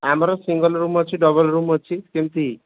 ଆମର single room ଅଛି double room ଅଛି ସେମିତି